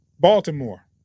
Baltimore